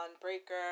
Breaker